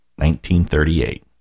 1938